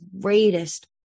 greatest